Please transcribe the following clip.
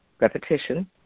repetition